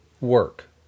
work